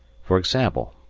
for example,